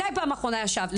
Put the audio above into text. מתי פעם אחרונה ישבתם?